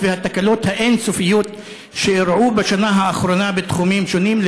והתקלות האין-סופיות שאירעו בשנה האחרונה בתחומים שונים,